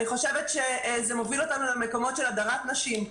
אני חושבת שזה מוביל אותנו למקומות של הדרת נשים,